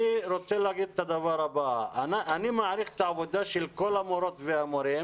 אני מעריך את העבודה של כל המורות והמורים